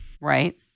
Right